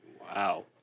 Wow